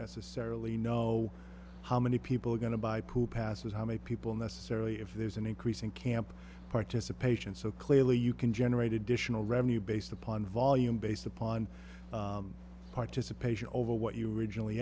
necessarily know how many people are going to buy pool passes how many people necessarily if there's an increase in camp participation so clearly you can generate additional revenue based upon volume based upon participation over what you originally